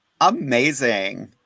Amazing